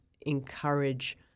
encourage